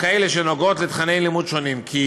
הנוגעות לתוכני לימוד שונים, כי